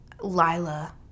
lila